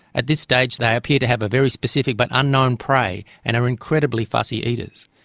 at this stage they appear to have a very specific but unknown prey and are incredibly fussy eaters.